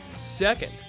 Second